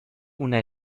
una